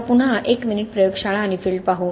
आता पुन्हा एक मिनिट प्रयोगशाळा आणि फील्ड पाहू